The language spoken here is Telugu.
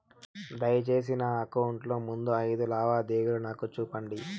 దయసేసి నా అకౌంట్ లో ముందు అయిదు లావాదేవీలు నాకు చూపండి